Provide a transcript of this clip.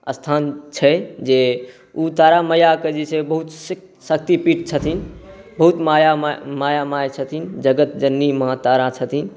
स्थान छै जे उग्रतारा मैयाक जे छै बहुत सिद्ध शक्ति पीठ छथिन बहुत मायामय माया माय छथिन जगतजननी माँ तारा छथिन